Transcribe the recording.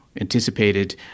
anticipated